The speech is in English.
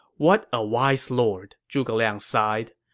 what a wise lord, zhuge liang sighed.